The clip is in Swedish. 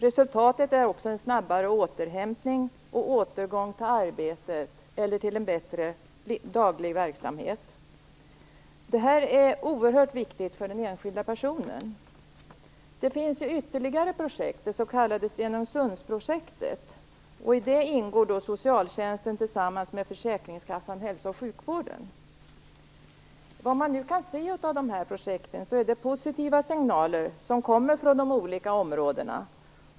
Resultatet är också en snabbare återhämtning och återgång till arbete eller till en bättre daglig verksamhet. Detta är oerhört viktigt för den enskilde. Det finns ytterligare ett projekt, det s.k. Stenungsundsprojektet. I det ingår socialtjänsten tillsammans med försäkringskassan samt hälso och sjukvården. Såvitt man kan se av de här projekten kommer positiva signaler från de olika områdena.